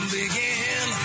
begin